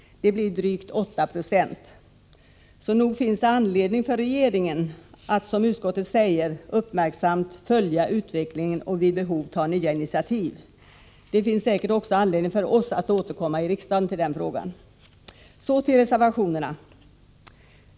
Det blir drygt 8 2c. Så nog finns det anledning för regeringen att — som utskottet säger — uppmärksamt följa utvecklingen och vid behov ta nya initiativ. Det finns säkert också anledning för oss att återkomma till riksdagen i frågan. Så till reservationerna.